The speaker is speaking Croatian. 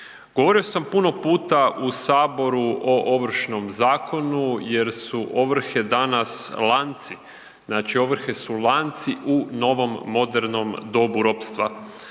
Govorio sam puno puta u Saboru o Ovršnom zakonu jer su ovrhe danas lanci, znači ovrhe su lanci u novom modernom dobu ropstva.